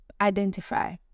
identify